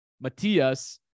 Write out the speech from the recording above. Matthias